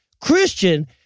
christian